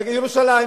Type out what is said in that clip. בירושלים,